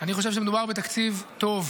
אני חושב שמדובר בתקציב טוב,